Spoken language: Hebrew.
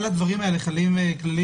על הדברים האלה חלים כללים